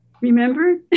remember